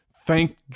thank